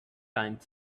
time